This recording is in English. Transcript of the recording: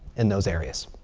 in those areas.